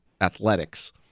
athletics